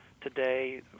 today